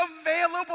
available